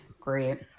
great